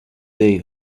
day